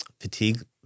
fatigue